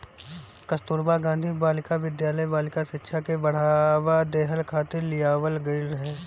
कस्तूरबा गांधी बालिका विद्यालय बालिका शिक्षा के बढ़ावा देहला खातिर लियावल गईल रहे